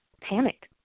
panicked